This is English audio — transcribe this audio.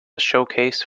showcase